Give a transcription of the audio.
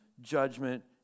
judgment